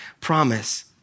promise